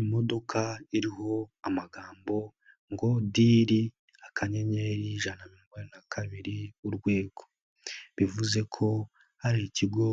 Imodoka iriho amagambo ngo diri akanyenyeri, ijana na mirongo inani na kabiri, urwego. Bivuze ko ari ikigo